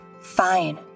Fine